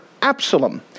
Absalom